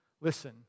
listen